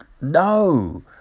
no